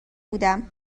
بودم